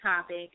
topic